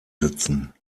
sitzen